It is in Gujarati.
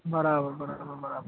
બરાબર બરાબર બરાબર